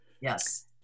yes